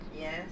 Yes